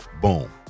boom